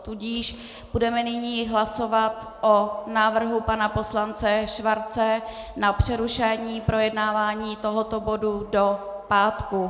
Tudíž budeme nyní hlasovat o návrhu pana poslance Schwarze na přerušení projednávání tohoto bodu do pátku.